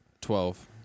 Twelve